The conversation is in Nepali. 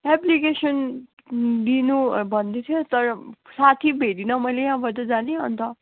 एप्लिकेसन दिनु भन्दै थियो तर साथी भेटिनँ मैले यहाँबाट जाने अन्त